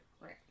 Right